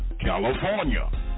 California